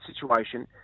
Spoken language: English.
situation